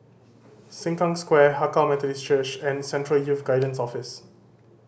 Sengkang Square Hakka Methodist Church and Central Youth Guidance Office